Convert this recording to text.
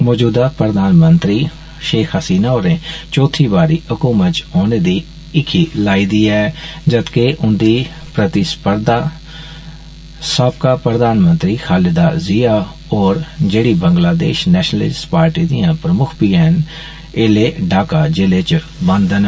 मौजूदा प्रधानमंत्री षेख हसीला होरें चौथी बारी हकुमत च औने दी हिखी लाई दी ऐ जदकि उन्दी प्रतिस्पर्थी साबका प्रधानमंत्री खालिदा जिया होर जेड़ी बंगलादेष नैषनलिस्ट पार्टी दियां प्रमुक्ख बी ऐन ऐल्लै डाका जैलै च बंद न